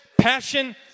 passion